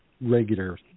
regular